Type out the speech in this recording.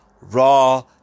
Raw